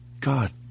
God